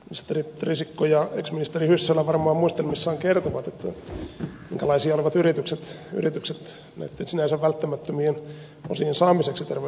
ministeri risikko ja ex ministeri hyssälä varmaan muistelmissaan kertovat minkälaisia olivat yritykset näitten sinänsä välttämättömien osien saamiseksi terveydenhuoltolakiin mutta jätän sen teidän huoleksenne